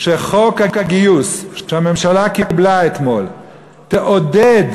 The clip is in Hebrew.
שחוק הגיוס שהממשלה קיבלה אתמול יעודד